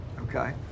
Okay